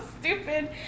stupid